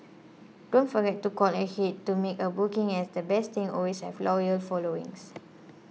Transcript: don't forget to call ahead to make a booking as the best things always have loyal followings